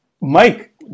Mike